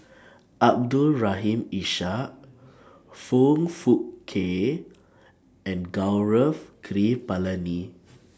Abdul Rahim Ishak Foong Fook Kay and Gaurav Kripalani